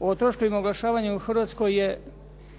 o troškovima oglašavanja u Hrvatskoj je